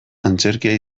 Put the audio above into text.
antzerkia